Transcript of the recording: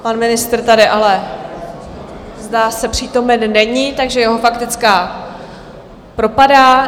Pan ministr tady ale, zdá se, přítomen není, takže jeho faktická propadá.